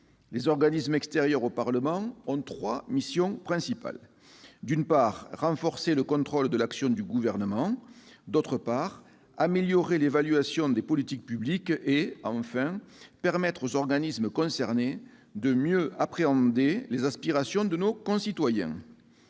Les organismes extérieurs au Parlement ont trois missions principales : renforcer le contrôle de l'action du Gouvernement, améliorer l'évaluation des politiques publiques et permettre aux organismes concernés de mieux appréhender les aspirations de nos concitoyens.